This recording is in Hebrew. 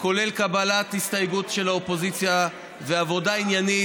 כולל קבלת הסתייגות של האופוזיציה ועבודה עניינית.